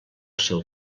seu